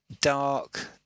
dark